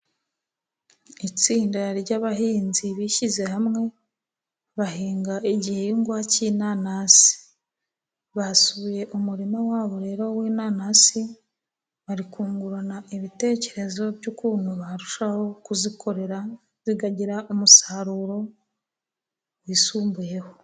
Itsinda ry'abahinzi bishyize hamwe bahinga igihingwa cy'inanasi, basuye umurima wabo rero w'inanasi. Bari kungurana ibitekerezo by'ukuntu barushaho kuzikorera zikagira umusaruro wisumbuyeho.